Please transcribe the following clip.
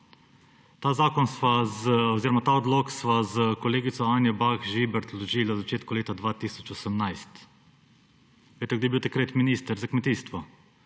za lobističen zakon. Ta odlok sva s kolegico Anjo Bah Žibert vložila v začetku leta 2018. Veste, kdo je bil takrat minister za kmetijstvo?